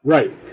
Right